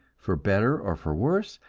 for better or for worse,